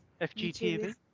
FGTV